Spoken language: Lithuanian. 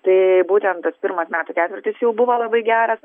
tai būtent tas pirmas metų ketvirtis jau buvo labai geras